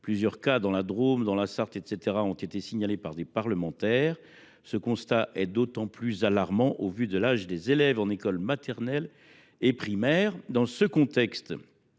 plusieurs cas dans la Drôme, dans la Sarthe et ailleurs ont été signalés par des parlementaires. Ce constat est d’autant plus alarmant au vu de l’âge des élèves en école maternelle et primaire. Dans ce contexte,